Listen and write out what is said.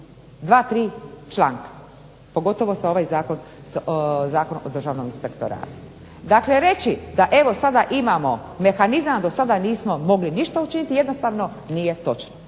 dva, tri članka, pogotovo ovaj Zakon o Državnom inspektoratu. Dakle, reći da evo sada imamo mehanizam, do sada nismo mogli ništa učiniti jednostavno nije točno.